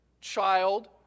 child